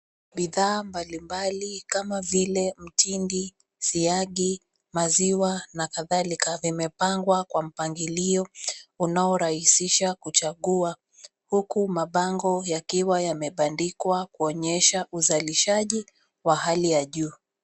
Bidhaa mbalimbali kama vile mtindi, siagi, maziwa na kadhalika vimepangwa kwa mpangilio unaorahisisha kuchagua huku mabango yakiwa yamebandikwa kuonyesha uzalishaji wa hali ya juu.